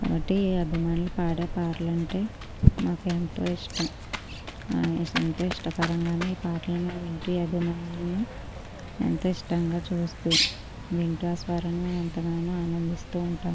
కాబట్టి ఈ అభిమానులు పాడే పాటలు అంటే మాకు ఎంతో ఇష్టం ఎంతో ఇష్టకరంగానే ఈ పాటలు మేము వింటూ ఈ అభిమానులని ఎంతో ఇష్టంగా చూస్తూ వింటూ ఆ స్వరాన్ని మేము ఎంతగానో ఆనందిస్తూ ఉంటాము